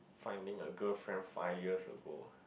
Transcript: finding a girlfriend five years ago